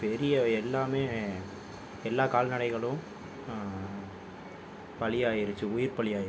பெரிய எல்லாமே எல்லா கால்நடைகளும் பலியாகிருச்சி உயிர் பலியாகிருச்சி